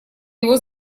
его